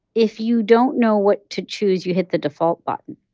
if you don't know what to choose, you hit the default button.